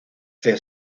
the